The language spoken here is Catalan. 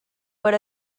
per